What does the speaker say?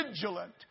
vigilant